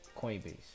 Coinbase